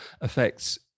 affects